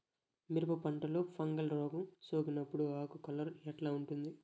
మిరప పంటలో ఫంగల్ రోగం సోకినప్పుడు ఆకు కలర్ ఎట్లా ఉంటుంది?